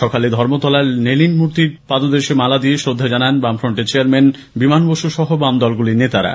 সকালে ধর্মতলার লেনিন মূর্তিতে মালা দিয়ে শ্রদ্ধা জানান বামফ্রন্টের চেয়ারম্যান বিমান বসু সহ বামদলগুলির নেতারা